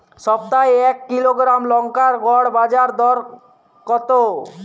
সপ্তাহে এক কিলোগ্রাম লঙ্কার গড় বাজার দর কতো?